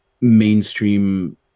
mainstream